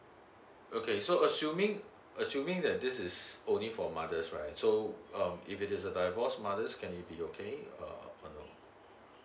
okay so assuming assuming that this is only for mothers right so um if it is a divorced mother can it be okay uh or no